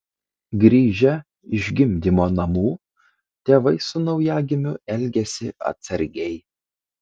grįžę iš gimdymo namų tėvai su naujagimiu elgiasi atsargiai